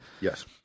Yes